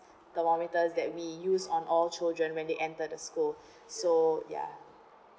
thermometers that we used on all children when they entered the school so ya